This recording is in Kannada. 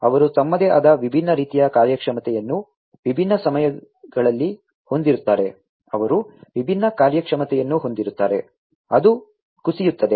ಅವರು ತಮ್ಮದೇ ಆದ ವಿಭಿನ್ನ ರೀತಿಯ ಕಾರ್ಯಕ್ಷಮತೆಯನ್ನು ವಿಭಿನ್ನ ಸಮಯಗಳಲ್ಲಿ ಹೊಂದಿರುತ್ತಾರೆ ಅವರು ವಿಭಿನ್ನ ಕಾರ್ಯಕ್ಷಮತೆಯನ್ನು ಹೊಂದಿರುತ್ತಾರೆ ಅದು ಕುಸಿಯುತ್ತದೆ